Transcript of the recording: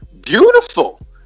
Beautiful